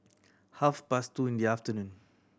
half past two in the afternoon